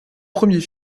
premier